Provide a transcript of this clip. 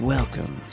Welcome